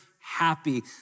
happy